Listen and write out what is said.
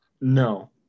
no